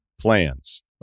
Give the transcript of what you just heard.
plans